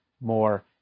more